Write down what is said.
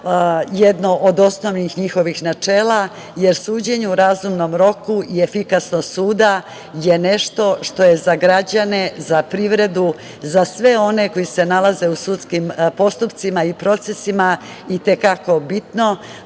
jedno od osnovnih njihovih načela, jer suđenje u razumnom roku i efikasnost suda je nešto što je za građane, za privredu, za sve one koji se nalaze u sudskim postupcima i procesima i te kako bitno,